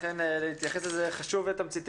אכן הצלחת להתייחס לנושא באופן חשוב ותמציתי.